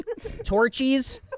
torchies